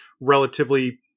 relatively